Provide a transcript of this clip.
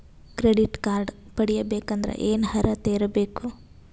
Credit card ಪಡಿಬೇಕಂದರ ಏನ ಅರ್ಹತಿ ಇರಬೇಕು?